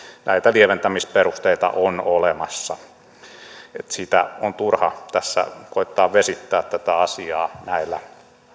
näitä lieventämisperusteita on olemassa niin että on turha tässä koettaa vesittää tätä asiaa näillä